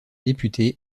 députés